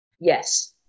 Yes